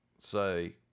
say